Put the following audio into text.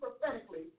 prophetically